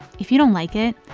if you don't like it,